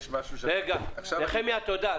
נחמיה, תודה.